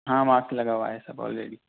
ہاں ماسک لگا ہُوا ہے سب آل ریڈی